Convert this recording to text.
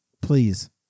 please